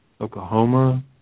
Oklahoma